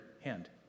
hand